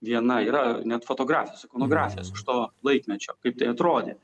viena yra net fotografijos fonografijos iš to laikmečio kaip tai atrodė